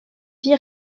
vie